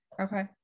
Okay